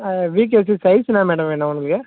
VKC size என்ன madam வேணும் உங்களுக்கு